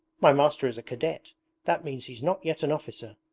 my master is a cadet that means he's not yet an officer,